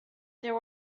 there